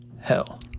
hell